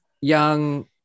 young